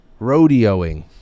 rodeoing